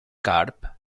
carp